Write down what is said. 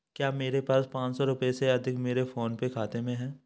क्या मेरे पास पाँच सौ रुपये से अधिक मेरे फ़ोन पे खाते में हैं